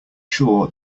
sure